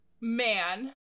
man